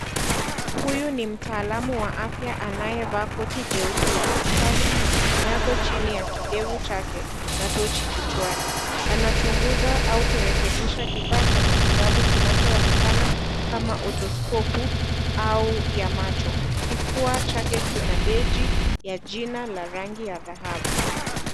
Huyu ni mtaalamu wa afya anayevaa koti jeupe la daktari, kinyago chini ya kidevu chake na tochi kichwani, anachunguza au kurekebisha kifaa cha matibabu kinachoonekana kama autoscope au ya macho, kifua chake kina beji ya jina la rangi ya dhahabu.